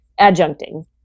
adjuncting